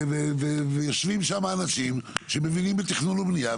ויושבים שם אנשים שמבינים בתכנון ובנייה,